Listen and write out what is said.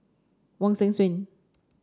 Wong Hong Suen